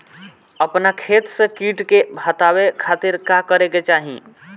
अपना खेत से कीट के हतावे खातिर का करे के चाही?